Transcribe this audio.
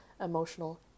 emotional